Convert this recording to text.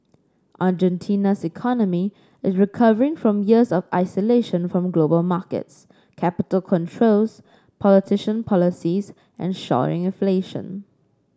Argentina's economy is recovering from years of isolation from global markets capital controls protectionist policies and soaring inflation